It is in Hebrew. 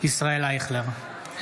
ישראל אייכלר,